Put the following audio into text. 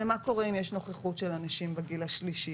זה מה קורה אם יש נוכחות של אנשים בגיל השלישי,